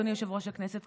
אדוני יושב-ראש הכנסת,